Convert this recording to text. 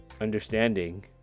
understanding